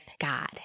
God